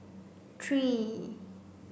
three